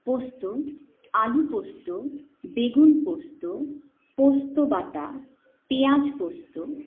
পোস্ত আলু পোস্ত বেগুন পোস্ত পোস্ত বাঁটা পেঁয়াজ পোস্ত